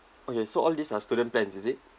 okay so all these are student plans is it